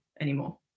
anymore